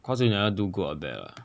cause you never do good or bad ah